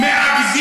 ממש לא.